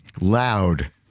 Loud